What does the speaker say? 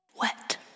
wet